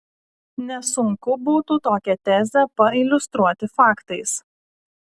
nesunku būtų tokią tezę pailiustruoti faktais